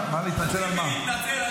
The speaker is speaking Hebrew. להתנצל על